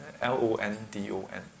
l-o-n-d-o-n